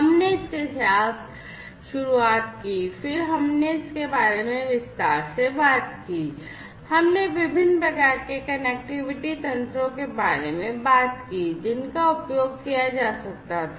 हमने इसके साथ शुरुआत की फिर हमने इसके बारे में विस्तार से बात की हमने विभिन्न प्रकार के कनेक्टिविटी तंत्रों के बारे में बात की जिनका उपयोग किया जा सकता था